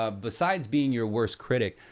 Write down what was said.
ah besides being your worst critic,